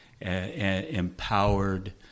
empowered